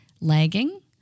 lagging